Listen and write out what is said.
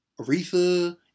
Aretha